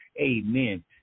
Amen